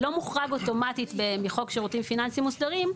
לא מוחרג אוטומטית מחוק שירותים פיננסיים מוסדרים,